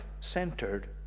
centered